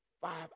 five